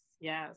Yes